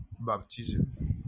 baptism